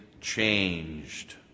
changed